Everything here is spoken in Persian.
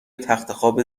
تختخواب